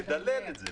לדלל את זה.